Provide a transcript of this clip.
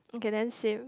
okay then same